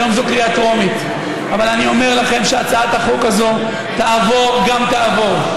היום זו קריאה טרומית אבל אני אומר לכם שהצעת החוק הזאת תעבור גם תעבור.